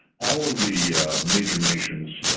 all of the major nations